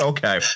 Okay